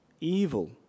Evil